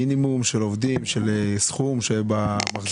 מינימום של עובדים של סכום שבמחזוריות שלו.